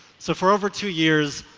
so for over two years,